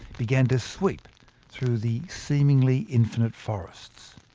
began to sweep through the seemingly infinite forests.